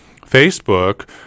Facebook